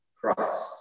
Christ